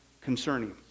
concerning